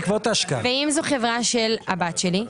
ואם זו חברה של הבת שלי?